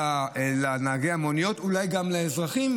ואולי גם לאזרחים,